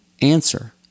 answer